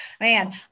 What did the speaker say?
man